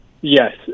Yes